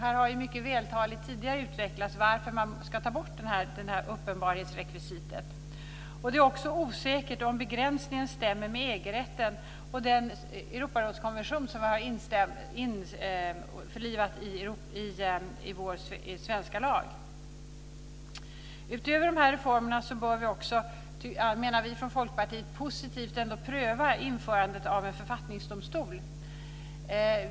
Här har mycket vältaligt tidigare utvecklats varför man ska ta bort detta uppenbarhetsrekvisit. Det är också osäkert om begränsningen stämmer med EG rätten och den Europarådskonvention som vi har införlivat i vår svenska lag. Utöver dessa reformer bör vi också, menar vi från Folkpartiet, positivt pröva införandet av en författningsdomstol.